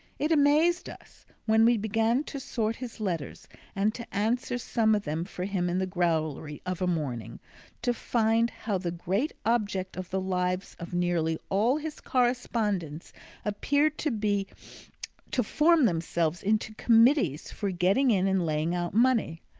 it amazed us when we began to sort his letters and to answer some of them for him in the growlery of a morning to find how the great object of the lives of nearly all his correspondents appeared to be to form themselves into committees for getting in and laying out money.